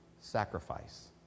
sacrifice